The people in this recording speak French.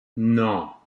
non